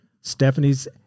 Stephanie's